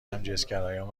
همجنسگرایان